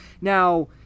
Now